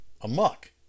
amok